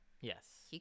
Yes